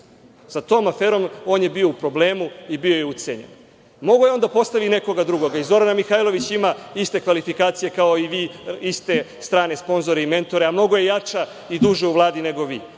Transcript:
Sa tom aferom on je bio u problemu i bio je ucenjen. Mogao je on da postavi nekog drugoga. I Zorana Mihajlović ima iste kvalifikacije kao i vi, iste strane sponzore i mentore, a mnogo je jača i duže u Vladi nego vi,